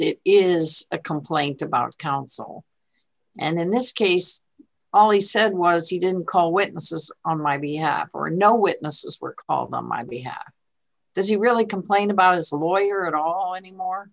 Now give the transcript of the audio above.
it is a complaint about counsel and in this case all he said was he didn't call witnesses on my behalf or no witnesses were all on my behalf doesn't really complain about his lawyer at all anymore